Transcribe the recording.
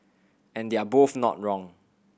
and they're both not wrong